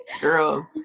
girl